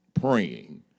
praying